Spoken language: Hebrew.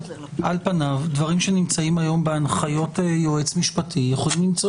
דברים שנמצאים היום בהנחיות היועץ המשפטי יכולים למצוא